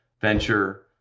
venture